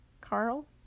Carl